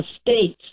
States